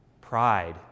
Pride